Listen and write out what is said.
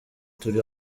turi